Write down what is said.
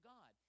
God